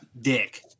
dick